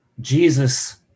Jesus